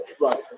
Right